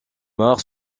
mare